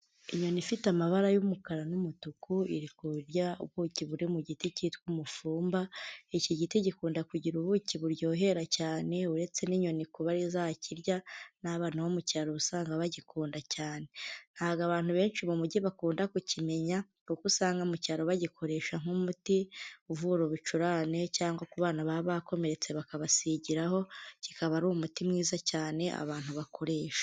Inyoni ifite amabara y'umukara n'umutuku, iri kurya ubuki buri mu giti cyitwa umufumba, iki giti gikunda kugira ubuki buryohera cyane, uretse n'inyoni kuba zakirya n'abana bo mu cyaro uba usanga bagikunda cyane, ntabwo abantu benshi mu mugi bakunda kukimenya, kuko usanga mu cyaro bagikoresha nk'umuti uvura ibicurane cyangwa ku bana baba bakomeretse bakabasigiraho, kikaba ari umuti mwiza cyane abantu bakoresha.